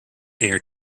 air